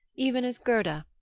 even as gerda.